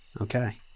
Okay